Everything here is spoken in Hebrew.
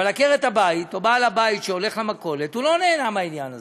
אבל עקרת הבית או בעל הבית שהולך למכולת לא נהנים מהעניין הזה.